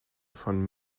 von